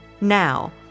Now